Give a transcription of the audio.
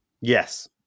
Yes